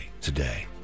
today